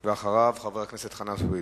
אחריו, חבר הכנסת חנא סוייד.